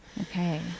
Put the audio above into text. Okay